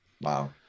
Wow